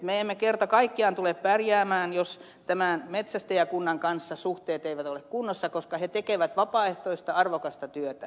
me emme kerta kaikkiaan tule pärjäämään jos metsästäjäkunnan kanssa suhteet eivät ole kunnossa koska he tekevät vapaaehtoista arvokasta työtä